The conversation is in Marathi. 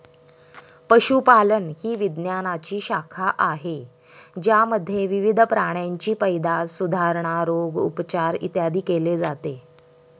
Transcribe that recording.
पशुपालन ही विज्ञानाची शाखा आहे ज्यामध्ये विविध प्राण्यांची पैदास, सुधारणा, रोग, उपचार, इत्यादी केले जाते